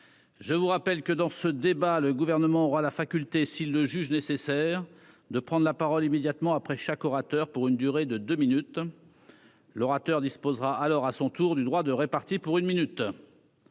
je vous rappelle que dans ce débat, le gouvernement aura la faculté s'il le juge nécessaire de prendre la parole immédiatement après chaque orateur pour une durée de deux minutes l'orateur disposera alors à son tour du droit de répartis pour une minute,